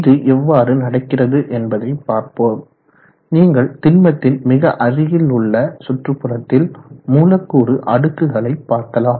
இது எவ்வாறு நடக்கிறது என்பதை பார்ப்போம் நீங்கள் திண்மத்தின் மிக அருகில் உள்ள சுற்றுப்புறத்தில் மூலக்கூறு அடுக்குகளைக் பார்க்கலாம்